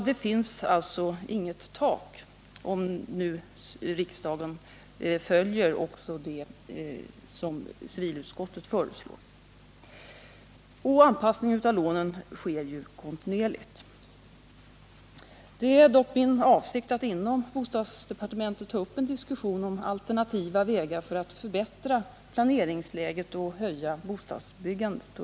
Det finns alltså inget tak, om riksdagen nu följer civilutskottets förslag. Anpassningen av lånen sker kontinuerligt. Min avsikt är dock att inom bostadsdepartementet ta upp en diskussion om alternativa vägar för att förbättra planeringsläget och öka bostadsbyggandet.